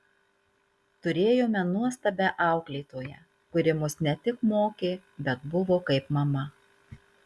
turėjome nuostabią auklėtoją kuri mus ne tik mokė bet buvo kaip mama